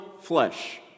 flesh